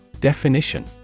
Definition